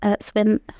Swim